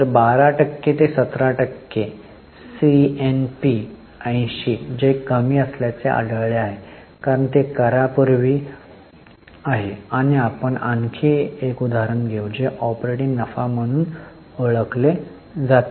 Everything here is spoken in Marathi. तर 12 टक्के ते 17 टक्के सीएनपी 80 जे कमी असल्याचे आढळले कारण ते करा पूर्वी आहे आणि आपण आणखी एक घेऊ जे ऑपरेटिंग नफा म्हणून ओळखले जातात